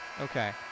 Okay